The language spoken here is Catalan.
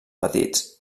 petits